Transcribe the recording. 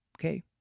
okay